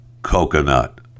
Coconut